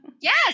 Yes